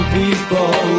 people